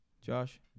Josh